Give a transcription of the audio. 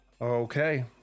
Okay